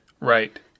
Right